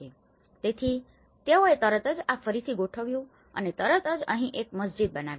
તેથી તેઓએ તરત જ આ ફરીથી ગોઠવ્યું અને તરત જ અહીં એક મસ્જિદ બનાવી